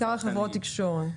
בעיקר על חברות תקשורת.